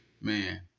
man